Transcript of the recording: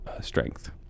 strength